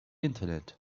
internet